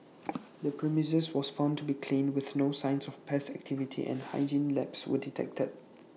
the premises was found to be clean with no signs of pest activity and hygiene lapse were detected